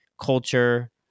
culture